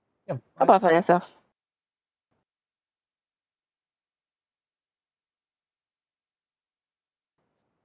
how about for yourself